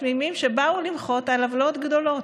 תמימים שבאו למחות על עוולות גדולות.